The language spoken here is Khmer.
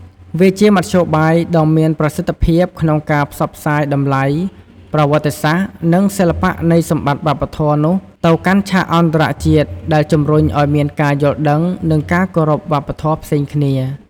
វាជាមធ្យោបាយដ៏មានប្រសិទ្ធភាពក្នុងការផ្សព្វផ្សាយតម្លៃ ប្រវត្តិសាស្ត្រ និងសិល្បៈនៃសម្បត្តិវប្បធម៌នោះទៅកាន់ឆាកអន្តរជាតិ ដែលជំរុញឱ្យមានការយល់ដឹង និងការគោរពវប្បធម៌ផ្សេងគ្នា។